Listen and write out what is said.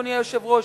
אדוני היושב-ראש,